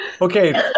Okay